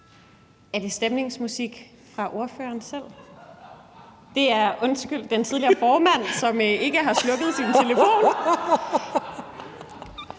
Er det stemningsmusik fra ordføreren, jeg kan høre? Nej undskyld, det er den tidligere formand, som ikke har slukket sin telefon.